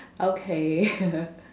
okay